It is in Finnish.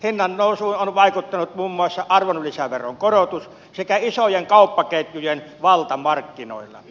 hinnannousuun on vaikuttanut muun muassa arvonlisäveron korotus sekä isojen kauppaketjujen valta markkinoilla